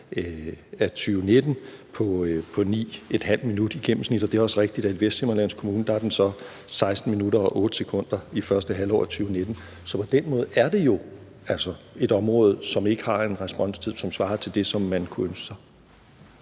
på 9½ minut i gennemsnit, og det er også rigtigt, at den i Vesthimmerlands Kommune så er 16 minutter og 8 sekunder i første halvår af 2019. Så på den måde er det jo altså et område, som ikke har en responstid, som svarer til det, som man kunne ønske sig.